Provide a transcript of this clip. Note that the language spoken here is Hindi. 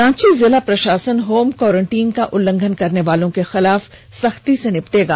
रांची जिला प्रशासन होम कोरेंटाईन का उल्लंघन करने वालों के साथ सख्ती से निपटेगा